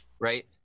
right